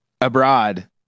abroad